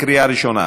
לקריאה ראשונה.